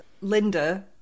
Linda